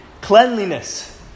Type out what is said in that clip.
cleanliness